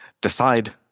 decide